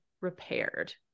repaired